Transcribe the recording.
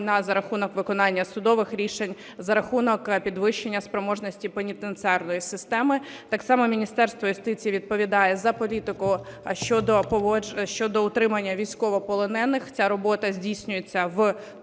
за рахунок виконання судових рішень, за рахунок підвищення спроможності пенітенціарної системи. Так само Міністерство юстиції відповідає за політику щодо утримання військовополонених. Ця робота здійснюється в